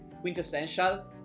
quintessential